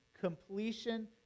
completion